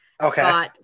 okay